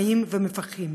שמאים ומפקחים.